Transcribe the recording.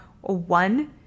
one